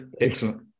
excellent